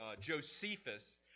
Josephus